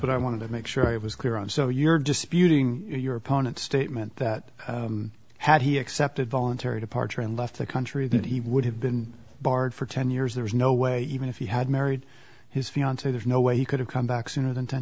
what i wanted to make sure i was clear on so you're disputing your opponent's statement that had he accepted voluntary departure and left the country that he would have been barred for ten years there was no way even if he had married his fiance there's no way he could have come back sooner than ten